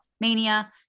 mania